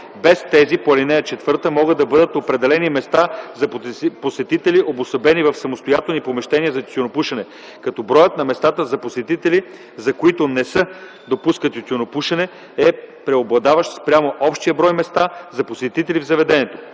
без тези по ал. 4, могат да бъдат определени места за посетители, обособени в самостоятелни помещения за тютюнопушене, като броят на местата за посетители, за които не се допуска тютюнопушене, е преобладаващ спрямо общия брой места за посетители в заведението.